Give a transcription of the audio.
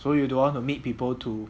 so you don't wanna meet people to